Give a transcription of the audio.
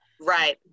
Right